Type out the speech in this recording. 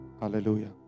Hallelujah